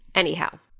anyhow,